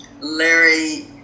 Larry